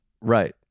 Right